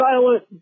silent